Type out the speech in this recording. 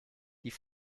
die